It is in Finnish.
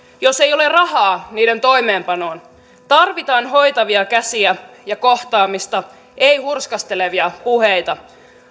jos ei ole rahaa niiden toimeenpanoon tarvitaan hoitavia käsiä ja kohtaamista ei hurskastelevia puheita